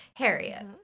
Harriet